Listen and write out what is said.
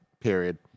period